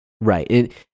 right